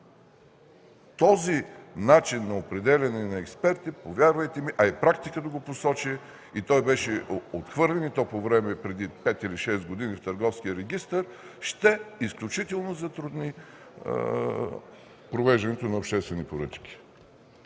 Този начин на определяне на експерти, повярвайте ми, а и практиката го потвърди и той беше отхвърлен, и то преди пет или шест години в Търговския регистър, изключително ще затрудни провеждането на обществени поръчки.